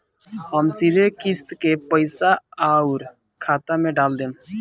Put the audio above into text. हम सीधे किस्त के पइसा राउर खाता में डाल देम?